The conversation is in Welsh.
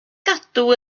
gadw